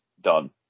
done